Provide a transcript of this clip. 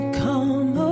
come